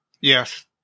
Yes